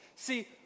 See